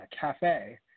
cafe